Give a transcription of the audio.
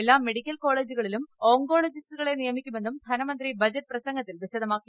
എല്ലാ ്മെഡിക്കൽ കോളേജുക ളിലും ഓങ്കോളജിസ്റ്റുകളെ നിയമിക്കുമെന്നും ധനമന്ത്രി ബജറ്റ് പ്രസംഗത്തിൽ വിശദമാക്കി